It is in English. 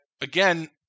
again